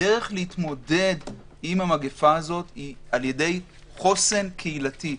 הדרך להתמודד עם המגפה הזאת היא על ידי חוסן קהילתי.